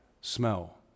smell